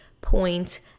point